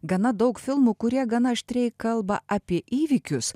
gana daug filmų kurie gana aštriai kalba apie įvykius